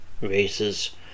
races